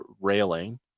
railing